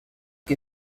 que